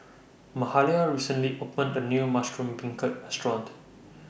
Mahalia recently opened A New Mushroom Beancurd Restaurant